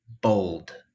bold